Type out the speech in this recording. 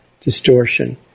distortion